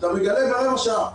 אתה מגלה ברבע שעה.